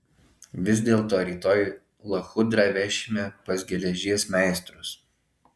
vis dėlto rytoj lachudrą vešime pas geležies meistrus